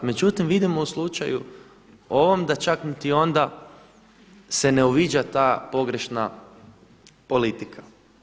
Međutim, vidimo u slučaju ovom da čak niti onda se ne uviđa ta pogrešna politika.